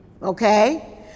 Okay